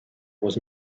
was